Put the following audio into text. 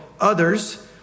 others